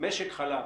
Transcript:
שכשמשק חלב